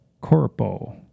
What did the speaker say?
Corpo